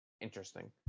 interesting